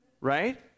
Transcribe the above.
right